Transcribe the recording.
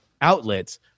outlets